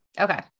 Okay